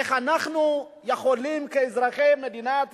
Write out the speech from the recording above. איך אנחנו יכולים, כאזרחי מדינת ישראל,